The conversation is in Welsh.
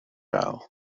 gael